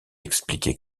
expliqué